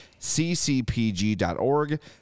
ccpg.org